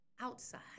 outside